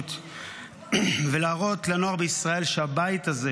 השירות ולהראות לנוער בישראל שהבית הזה